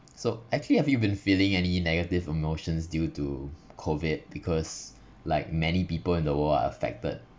so actually have you been feeling any negative emotions due to COVID because like many people in the world are affected